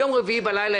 יום רביעי בלילה,